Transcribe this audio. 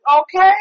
okay